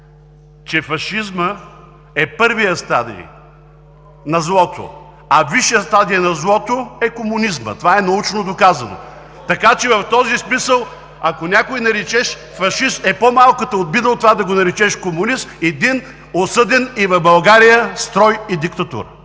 че фашизмът е първият стадий на злото, а висшият стадий на злото е комунизмът. Това е научно доказано. В този смисъл, ако някой наречеш „фашист“ е по-малката обида от това да го наречеш „комунист“ – един осъден и в България строй, и диктатура.